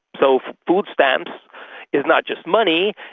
so, food stamps is not just money,